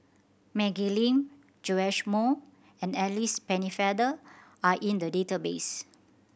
Maggie Lim Joash Moo and Alice Pennefather are in the database